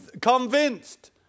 convinced